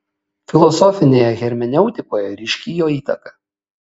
filosofinėje hermeneutikoje ryški jo įtaka